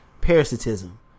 parasitism